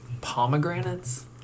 Pomegranates